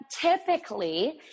typically